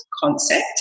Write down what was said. concept